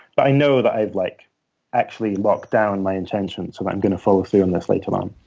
but i know that i've like actually locked down my intentions, so i'm going to follow through on this later um